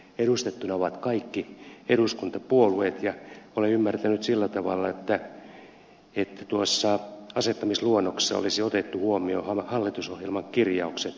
edustettuina ovat kaikki eduskuntapuolueet ja olen ymmärtänyt sillä tavalla että tuossa asettamisluonnoksessa olisi otettu huomioon hallitusohjelman kirjaukset ja niin edelleen